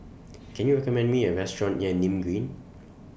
Can YOU recommend Me A Restaurant near Nim Green